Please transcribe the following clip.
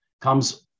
comes